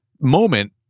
moment